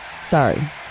Sorry